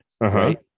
right